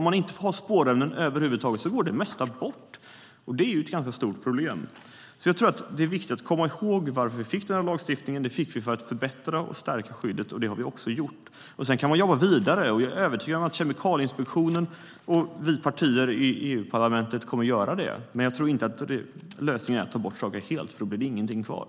Om man inte får ha spårämnen över huvud taget går det mesta bort. Det är ett ganska stort problem. Jag tror att det är viktigt att komma ihåg varför vi fick den här lagstiftningen. Den fick vi för att förbättra och stärka skyddet. Det har vi också gjort. Sedan kan man jobba vidare. Jag är övertygad om att Kemikalieinspektionen och vi partier i EU-parlamentet kommer att göra det, men jag tror inte att lösningen är att ta bort saker helt, för då blir det ingenting kvar.